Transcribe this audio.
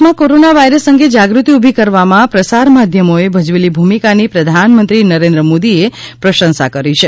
દેશમાં corona virus અંગે જાગૃતિ ઉભી કરવામાં પ્રસાર માધ્યમોએ ભજવેલી ભૂમિકાની પ્રધાનમંત્રી નરેન્દ્ર મોદીએ પ્રશંસા કરી છે